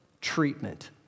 treatment